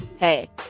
Hey